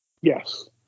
Yes